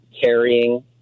carrying